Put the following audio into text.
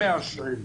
ומאשרים.